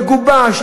מגובש,